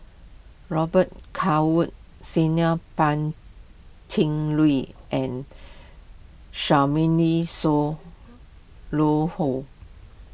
Robet Carr Woods Senior Pan Cheng Lui and Charmaine